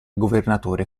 governatore